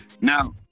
Now